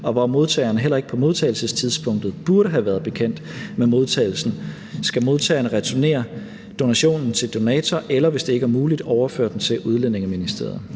og hvor modtageren heller ikke på modtagelsestidspunktet burde have været bekendt med modtagelsen, skal modtageren returnere donationen til donator, eller hvis det ikke er muligt, overføre den til Udlændingeministeriet.